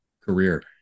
career